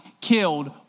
killed